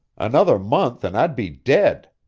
another month and i'd be dead.